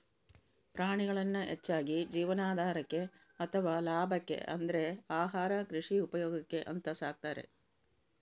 ಪ್ರಾಣಿಗಳನ್ನ ಹೆಚ್ಚಾಗಿ ಜೀವನಾಧಾರಕ್ಕೆ ಅಥವಾ ಲಾಭಕ್ಕೆ ಅಂದ್ರೆ ಆಹಾರ, ಕೃಷಿ ಉಪಯೋಗಕ್ಕೆ ಅಂತ ಸಾಕ್ತಾರೆ